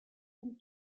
von